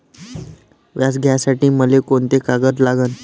व्याज घ्यासाठी मले कोंते कागद लागन?